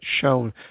shown